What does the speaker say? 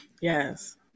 Yes